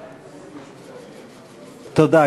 תודה.